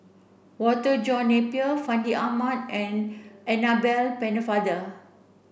Walter John Napier Fandi Ahmad and Annabel Pennefather